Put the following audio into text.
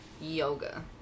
yoga